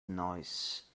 noise